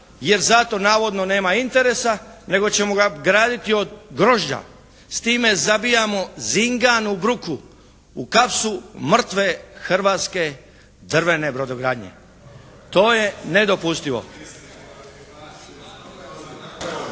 jer za to navodno nema interesa nego ćemo ga graditi od grožđa. S time zabijamo zinganu bruku u kapsu mrtve hrvatske drvene brodogradnje. To je nedopustivo.